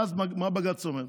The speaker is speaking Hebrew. ואז, מה בג"ץ אומר?